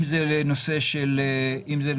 אם זה לנושא של ירי,